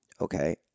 okay